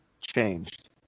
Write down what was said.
changed